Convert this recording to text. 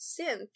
synth